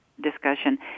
discussion